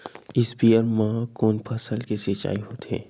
स्पीयर म कोन फसल के सिंचाई होथे?